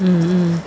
mmhmm